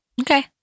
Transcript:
Okay